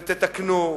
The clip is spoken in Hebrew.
ותתקנו,